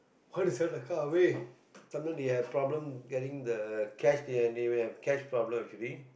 want to sell the car away sometime they have problem getting the cash they have have cash problems